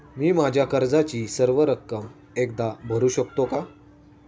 मी माझ्या कर्जाची सर्व रक्कम एकदा भरू शकतो का?